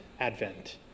advent